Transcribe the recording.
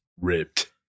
ripped